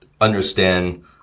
understand